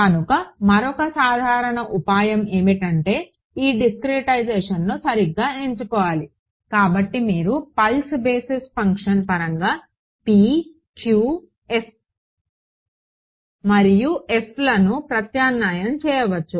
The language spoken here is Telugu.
కనుక మరొక సాధారణ ఉపాయం ఏమిటంటే ఈ డిస్క్రెటైజేషన్ను సరిగ్గా ఎంచుకోవాలి కాబట్టి మీరు పల్స్ బేసిస్ ఫంక్షన్ పరంగా p q మరియు f లను ప్రత్యామ్నాయం చేయవచ్చు